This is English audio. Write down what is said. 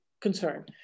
concern